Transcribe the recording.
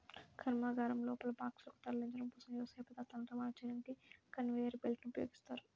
కర్మాగారం లోపల బాక్సులను తరలించడం కోసం, వ్యవసాయ పదార్థాలను రవాణా చేయడానికి కన్వేయర్ బెల్ట్ ని ఉపయోగిస్తారు